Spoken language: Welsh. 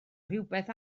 rhywbeth